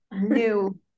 new